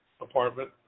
apartment